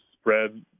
spread